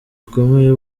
gakomeye